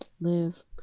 Live